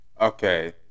okay